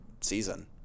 season